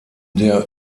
der